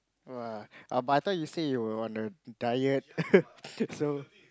!woah! but I thought you say you were on a diet so